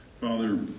Father